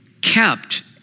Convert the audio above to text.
kept